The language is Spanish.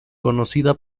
conocida